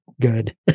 good